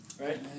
Right